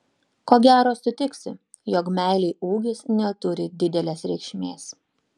ko gero sutiksi jog meilei ūgis neturi didelės reikšmės